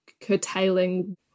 curtailing